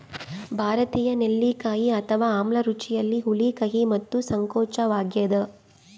ಭಾರತೀಯ ನೆಲ್ಲಿಕಾಯಿ ಅಥವಾ ಆಮ್ಲ ರುಚಿಯಲ್ಲಿ ಹುಳಿ ಕಹಿ ಮತ್ತು ಸಂಕೋಚವಾಗ್ಯದ